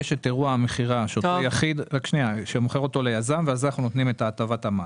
יש את אירוע המכירה שאותו יחיד מוכר ליזם ואז אנחנו נותנים את הטבת המס.